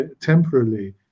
temporarily